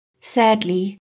Sadly